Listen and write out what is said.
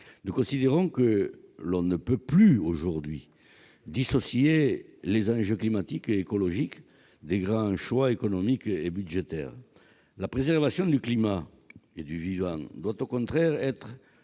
Nous considérons que l'on ne peut plus aujourd'hui dissocier les enjeux climatiques et écologiques des grands choix économiques et budgétaires. La préservation du climat et du vivant doit au contraire être